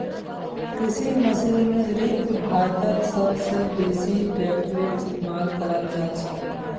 कृषि मशीनरीत भारतत सब स बेसी ट्रेक्टरेर इस्तेमाल कराल जाछेक